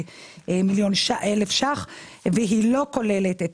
538,308,000 ש"ח והיא לא כוללת את